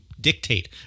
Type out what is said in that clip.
dictate